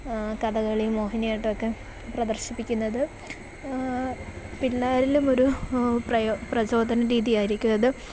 കഥകളി മോഹിനിയാട്ടമൊക്കെ പ്രദർശിപ്പിക്കുന്നത് എല്ലാരിലും ഒരു പ്രയൊ പ്രചോദന രീതിയായിരിക്കുന്നത്